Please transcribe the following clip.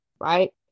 right